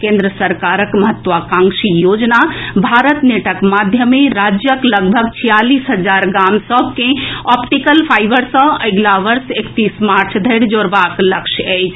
केंद्र सरकारक महत्वाकांक्षी योजना भारत नेटक माध्यमे राज्यक लगभग छियालीस हजार गाम सभ के ऑप्टिकल फाईबर सँ अगिला वर्ष एकतीस मार्च धरि जोड़बाक लक्ष्य अछि